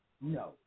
No